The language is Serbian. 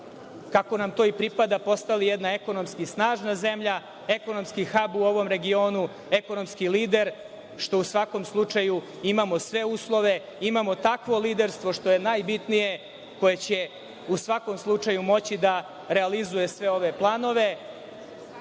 kako nam to i pripada, da postanemo jedna ekonomski snažna zemlja, ekonomskih hab u ovom regionu, ekonomski lider, što u svakom slučaju imamo sve uslove. Imamo sve lidere, što je najbitnije koji će u svakom slučaju moći da realizuju sve ove planove.